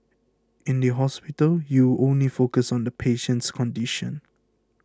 in the hospital you only focus on the patient's condition